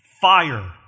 fire